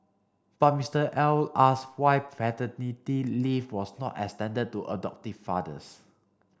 but Mister L asked why paternity leave was not extended to adoptive fathers